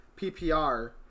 PPR